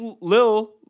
Lil